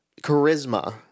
Charisma